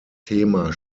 thema